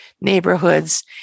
neighborhoods